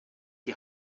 die